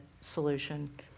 solution